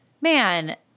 man